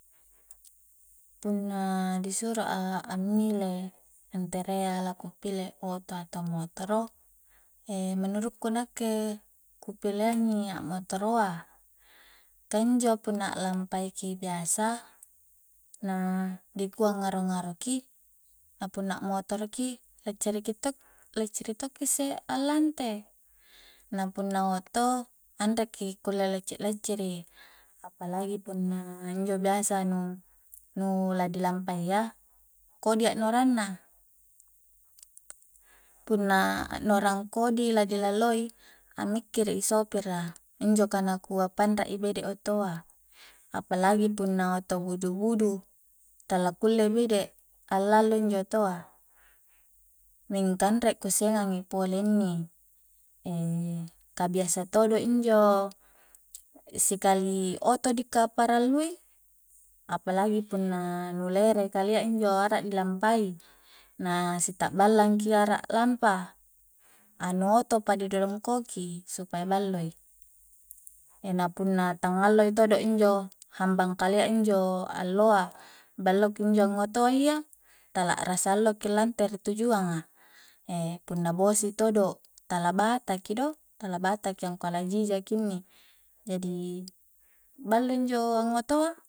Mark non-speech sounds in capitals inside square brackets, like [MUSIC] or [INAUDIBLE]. Punna di suro a ammile ntere a la ku pile oto atauka motoro [HESITATION] menurukku nakke ku pileang i a'motoro a ka injo punna a'lampai ki biasa na dikua ngaro-ngaroki na puna a'motoro ki lacciri to'ki isse allante na punna oto anre ki kulle lacci-lacciri apalagi punna injo biasa nu-nu la dilampai a kodi aknorang na punna a'norang kodi la di lalloi ammikiri i sopir a injo ka nakua panrak i bede' otoa apalagi punna oto budu'-budu' tala kulle bede allalo injo otoa, mingkaa anre kussengang i pole inni [HESITATION] kabiasa todo injo sikali oto di ka parallui apalagi punna nu lere kalia injo arak ni lampai na si ta'ballang ki arak lampa anu oto pa di dongkoki supaya ballo i, na punna tang alloi todo injo hambang kalia injo alloa balloki injo ngotoa iya tala rasa allo ki lante ri tujuanga [HESITATION] punna bosi i todo tala bata ki do tala bataki angkua la jija ki inni jadi ballo injo ngotoa